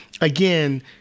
again